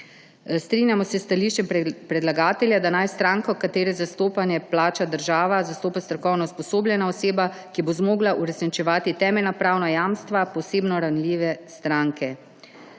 Strinjamo se s stališčem predlagatelja, da naj stranko, katere zastopanje plača država, zastopa strokovno usposobljena oseba, ki bo zmogla uresničevati temeljna pravna jamstva posebno ranljive stranke.